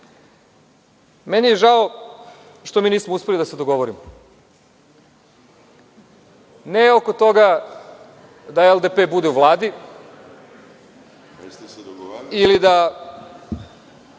je žao što mi nismo uspeli da se dogovorimo, ne oko toga da LDP bude u Vladi, ili da